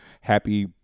happy